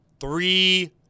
Three